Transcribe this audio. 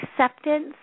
acceptance